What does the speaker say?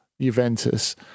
Juventus